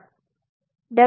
W6 L1